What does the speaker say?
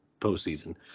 postseason